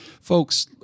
folks